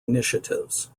initiatives